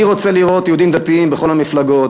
אני רוצה לראות יהודים דתיים בכל המפלגות,